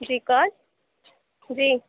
جی کون جی